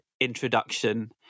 introduction